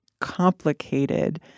complicated